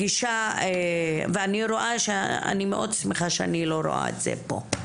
גישה, ואני מאוד שמחה שאני לא רואה את זה פה,